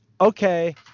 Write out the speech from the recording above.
okay